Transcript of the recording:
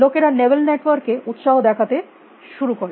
লোকেরা নেবেল নেটওয়ার্ক এ উত্সাহ দেখাতে শুরু করে